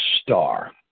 star